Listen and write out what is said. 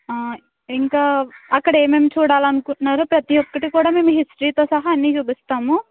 ఆ ఇంకా అక్కడ ఏమేమి చూడాలనుకుంటున్నారో ప్రతీ ఒక్కటి కూడా మేము హిస్టరీతో సహా అన్నీ చూపిస్తాము